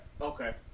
okay